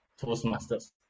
Toastmasters